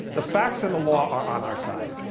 the facts and the law are on our side.